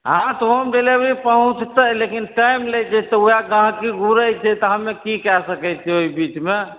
हँ तऽ home delivery पहुँचतै लेकिन टाइम लै छै तऽ वएह ग्राहकी घूरय छै तऽ हमे की सकै छियै ओहि बीचमे